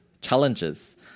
challenges